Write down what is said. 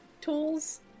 tools